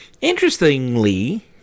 Interestingly